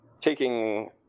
taking